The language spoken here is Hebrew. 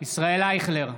ישראל אייכלר,